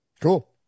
Cool